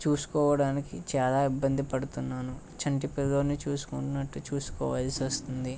చూసుకోవడానికి చాలా ఇబ్బంది పడుతున్నాను చంటి పిల్లోన్ని చూసుకున్నట్టు చూసుకోవాల్సి వస్తుంది